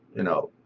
you know,